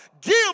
give